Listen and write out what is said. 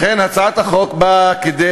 לכן, הצעת החוק באה כדי